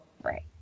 Right